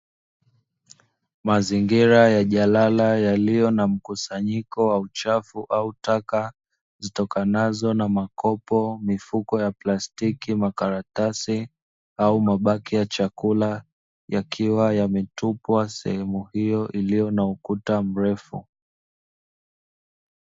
Mazingira ya jalala yaliyo na mkusanyiko wa uchafu au taka zitokanazo na makopo, mifuko ya plastiki, makaratasi au mabaki ya chakula, yakiwa yametupwa sehemu hiyo iliyo na ukuta mrefu.